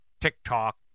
TikTok